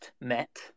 met